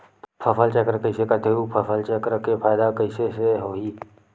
फसल चक्र कइसे करथे उ फसल चक्र के फ़ायदा कइसे से होही?